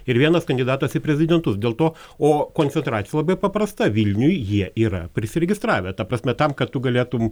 ir vienas kandidatas į prezidentus dėl to o koncentracija labai paprasta vilniuj jie yra prisiregistravę ta prasme tam kad tu galėtum